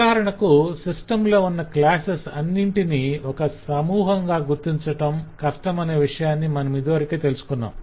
ఉదాహరణకు సిస్టం లో ఉన్న క్లాసెస్ అన్నింటినీ ఒక సమూహంగా గుర్తించటం కష్టమనే విషయాన్ని మనమిదివరకే తెలుసుకొన్నాం